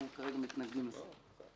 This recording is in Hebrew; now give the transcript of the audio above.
אנחנו כרגע מתנגדים לסעיף.